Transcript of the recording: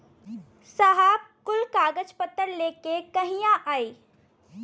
साहब कुल कागज पतर लेके कहिया आई?